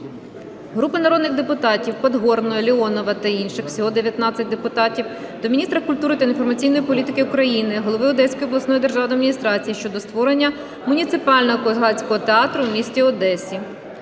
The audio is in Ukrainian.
Групи народних депутатів (Подгорної, Леонова та інших. Всього 19 депутатів) до міністра культури та інформаційної політики України, голови Одеської обласної державної адміністрації щодо створення Муніципального козацького театру у місті Одесі.